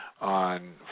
on